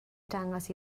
dangos